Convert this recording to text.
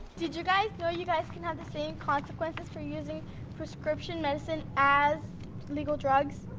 did you guys know you guys can have the same consequences for using prescription medicine as illegal drugs?